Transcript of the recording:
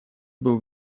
был